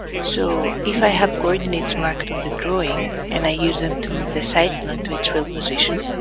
so if i have coordinates marked on the drawing and i use them to move the site plan to its real position,